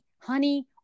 honey